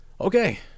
okay